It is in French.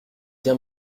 bien